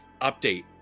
update